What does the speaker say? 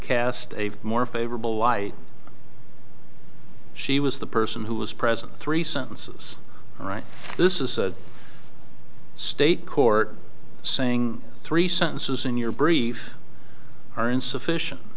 cast a more favorable light she was the person who was present three sentences all right this is a state court saying three sentences in your brief are insufficient